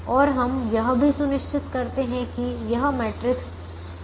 और हम यह भी सुनिश्चित करते हैं कि यह मैट्रिक्स ≥ 0 है